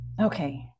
okay